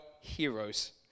heroes